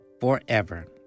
forever